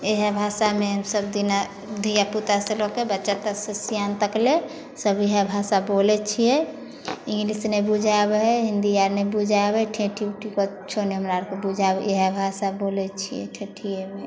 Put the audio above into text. इहे भाषामे सभदिना धिआपुतासे लऽ कऽ बच्चासे सिआन तकले सभ इहे भाषा बोलैत छिए इन्गलिश नहि बुझै आबै हइ हिन्दी आर नहि बुझै आबै हइ ठेठी उठी किछु नहि हमरा आरके बुझे आबै इहे भाषा बोलै छी ठेठिएमे